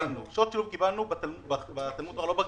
שעות שילוב קיבלנו בתלמוד תורה, לא בגנים.